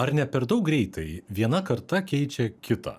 ar ne per daug greitai viena karta keičia kitą